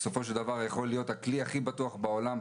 בסופו של דבר יכול להיות הכלי הכי בטוח בעולם אבל